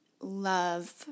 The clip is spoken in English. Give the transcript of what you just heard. love